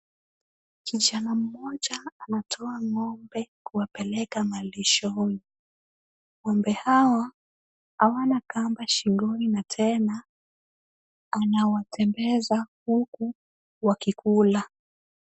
Kijana mmoja anatoa ng'ombe kuwapeleka malishoni. Ng'ombe hawa hawana kamba shingoni na tena wanawatembeza huku wakikula.